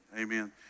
amen